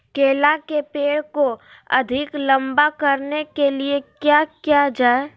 केला के पेड़ को अधिक लंबा करने के लिए किया किया जाए?